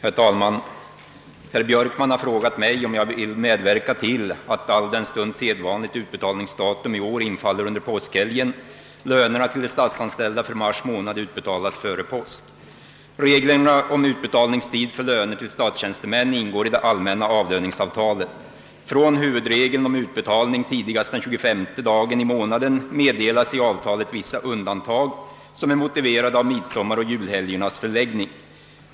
Herr talman! Herr Björkman har frågat mig om jag vill medverka till att, alldenstund sedvanligt utbetalningsdatum i år infaller under påskhelgen, lönerna till de statsanställda för mars månad utbetalas före påsk. Reglerna om utbetalningstid för lö ner till statstjänstemän ingår i det allmänna avlöningsavtalet. Från huvudregeln om utbetalning tidigast den tjugofemte dagen i månaden meddelas i avtalet vissa undantag, som är motiverade av midsommaroch. julhelgernas förläggning.